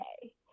okay